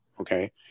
Okay